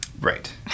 Right